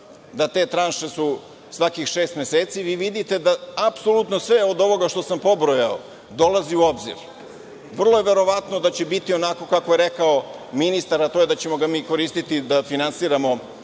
da te tranše su svakih šest meseci, vi vidite da apsolutno sve od ovoga što sam pobrojao dolazi u obzir. Vrlo je verovatno da će biti onako kako je rekao ministar, a to je da ćemo ga mi koristi da finansiramo